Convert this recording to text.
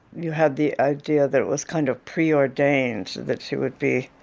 you had the idea that it was kind of preordained that she would be